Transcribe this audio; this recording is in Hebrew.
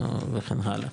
וכן הלאה?